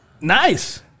Nice